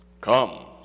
Come